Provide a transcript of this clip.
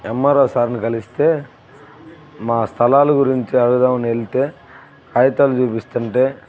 MRO సార్ని కలిస్తే మా స్థలాల గురించి అడుగుదామని వెళ్తే కాగితాలు చూపిస్తుంటే